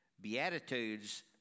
Beatitudes